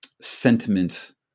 sentiments